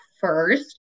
first